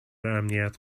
امنیت